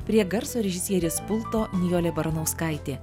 prie garso režisierės pulto nijolė baranauskaitė